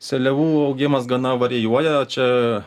seliavų augimas gana varijuoja čia